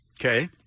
okay